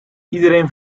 iedereen